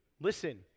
Listen